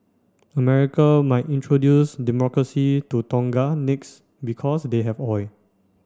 America might introduce Democracy to Tonga next because they have oil